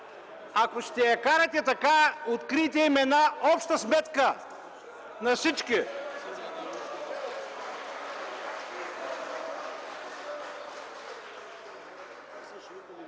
ако ще я карате така, открийте им една обща сметка на всички.